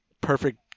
perfect